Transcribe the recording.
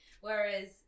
whereas